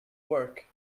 work